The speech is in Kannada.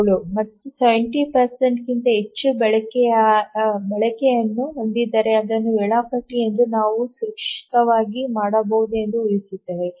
7 ಅಥವಾ 70 ಕ್ಕಿಂತ ಹೆಚ್ಚು ಬಳಕೆಯನ್ನು ಹೊಂದಿದ್ದರೆ ಅದನ್ನು ವೇಳಾಪಟ್ಟಿ ಎಂದು ನಾವು ಸುರಕ್ಷಿತವಾಗಿ ಮಾಡಬಹುದು ಎಂದು ಊಹಿಸುತ್ತವೆ